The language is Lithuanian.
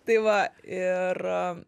tai va ir